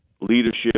leadership